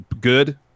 good